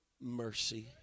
mercy